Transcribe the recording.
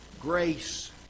Grace